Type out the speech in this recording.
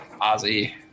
Ozzy